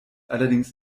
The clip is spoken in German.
allerdings